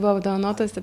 buvo apdovanotas ta